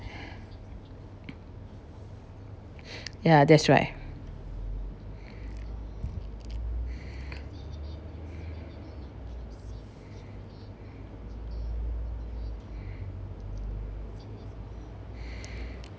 ya that's right